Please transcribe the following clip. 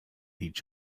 each